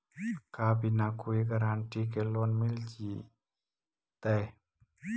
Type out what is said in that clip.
का बिना कोई गारंटी के लोन मिल जीईतै?